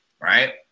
Right